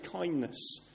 kindness